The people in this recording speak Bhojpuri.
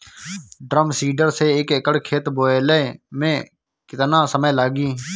ड्रम सीडर से एक एकड़ खेत बोयले मै कितना समय लागी?